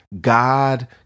God